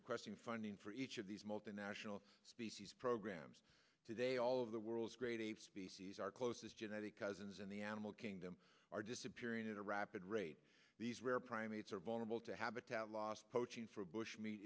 requesting funding for each of these multinational species programs today all of the world's great ape species our closest genetic cousins in the animal kingdom are disappearing at a rapid rate these rare primates are vulnerable to habitat loss poaching for bush